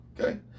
Okay